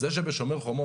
זה שב"שומר חומות"